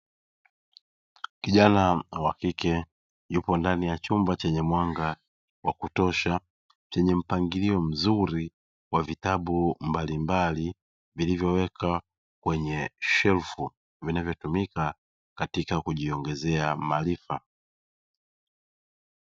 Kijana wa kike yupo ndani ya chumba chenye mwanga wa kutosha, chenye mpangilio mzuri wa vitabu mbalimbali vilivyowekwa kwenye shelfu, vinavyotumika katika kujiongezea maarifa.